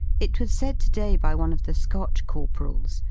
it was said to-day by one of the scotch corporals,